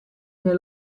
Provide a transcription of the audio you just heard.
nei